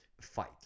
fight